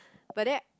but then